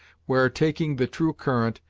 where, taking the true current,